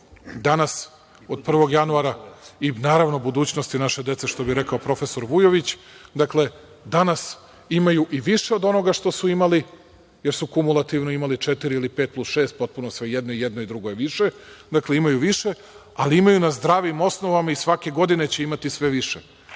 danas, od 1. januara i, naravno, budućnosti naše dece, što bi rekao profesor Vujović, imaju i više od onoga što su imali jer su kumulativno imali četiri ili pet plus šest, potpuno svejedno, i jedno i drugo je više, ali imaju na zdravim osnovama i svake godine će imati sve